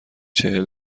چهل